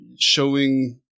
showing